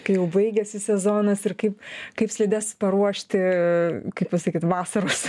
kai jau baigiasi sezonas ir kaip kaip slides paruošti kaip pasakyt vasaros